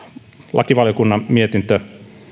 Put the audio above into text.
lakivaliokunnan mietintö